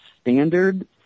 standard